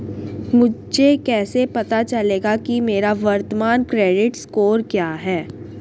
मुझे कैसे पता चलेगा कि मेरा वर्तमान क्रेडिट स्कोर क्या है?